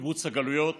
קיבוץ הגלויות